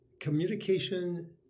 communication